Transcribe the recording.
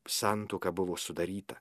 santuoka buvo sudaryta